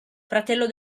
fratello